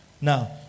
now